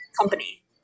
company